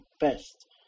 best